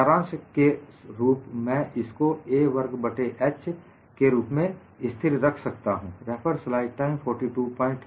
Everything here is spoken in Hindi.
सारांश स्वरूप मैं इसको a वर्ग बट्टे h के रूप में स्थिर रख सकता हूं